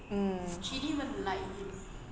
mm